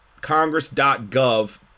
congress.gov